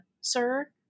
sir